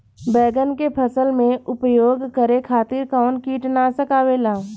बैंगन के फसल में उपयोग करे खातिर कउन कीटनाशक आवेला?